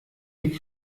die